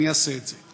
אני אעשה את זה.